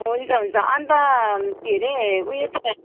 हुन्छ हुन्छ अन्त के अरे उयो